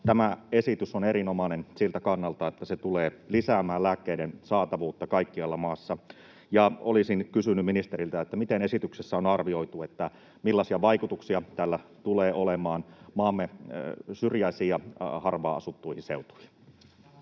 Tämä esitys on erinomainen siltä kannalta, että se tulee lisäämään lääkkeiden saatavuutta kaikkialla maassa. Olisin kysynyt ministeriltä: miten esityksessä on arvioitu, millaisia vaikutuksia tällä tulee olemaan maamme syrjäisiin ja harvaan asuttuihin seutuihin?